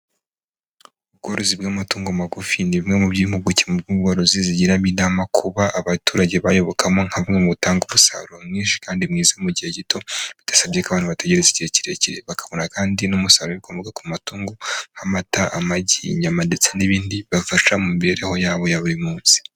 Ubworozi bw'amatungo magufi, ni bimwe mu by'impuguke mu bworozi zigiramo inama, kuba abaturage bayobokamo nka bumwe mu butanga umusaruro mwinshi kandi mwiza mu gihe gito, bidasabye ko abantu bategereza igihe kirekire, bakabona kandi n'umusaruro w'ibikomoka ku matungo: nk'amata, amagi, inyama ndetse n'ibindi, bibafasha mu mibereho yabo ya buri munsi.